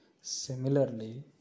Similarly